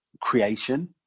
creation